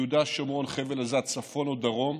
יהודה ושומרון, חבל עזה, צפון או דרום,